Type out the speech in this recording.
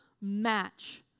match